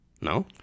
No